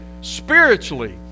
spiritually